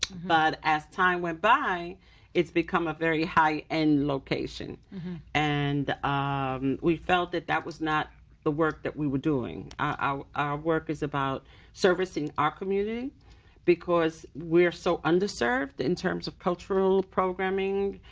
but as time went by it's become a very high end location and um we felt that that was not the work that we were doing. our our work is about servicing our community because we're so underserved in terms of cultural programming,